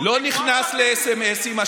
לא נכנס לסמ"סים.